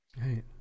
Right